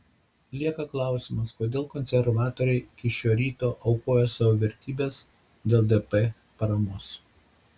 lieka klausimas kodėl konservatoriai iki šio ryto aukojo savo vertybes dėl dp paramos